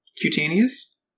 cutaneous